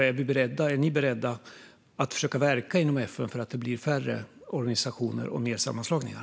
Är ni beredda att försöka verka inom FN för att det blir färre organisationer och mer sammanslagningar?